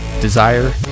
Desire